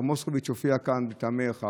תומר מוסקוביץ' הופיע כאן מטעמך,